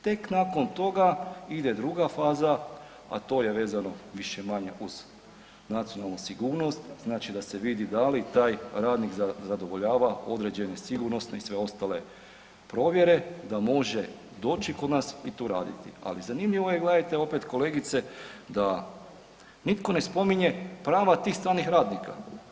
Tek nakon toga ide druga faza a to je vezano više-manje uz nacionalnu sigurnost, znači da se vidi da li taj radnik zadovoljava određene sigurnosne i sve ostale provjere, da može doći kod nas i tu raditi ali zanimljivo je gledajte opet, kolegice da nitko ne spominje prava tih stranih radnika.